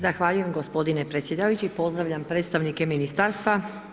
Zahvaljujem gospodine predsjedavajući, pozdravljam predstavnike ministarstva.